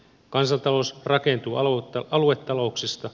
kansantalous rakentuu aluetalouksista